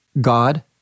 God